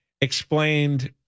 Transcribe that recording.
explained